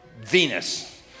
Venus